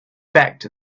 fact